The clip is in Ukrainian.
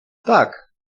так